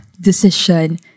decision